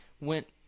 went